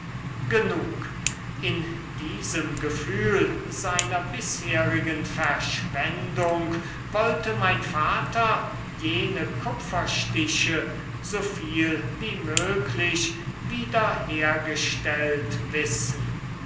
genug in diesem gefühl seiner bisherigen verschwendung wollte mein vater jene kupferstiche so viel wie möglich wieder hergestellt wissen